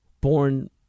born